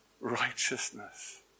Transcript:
righteousness